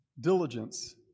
Diligence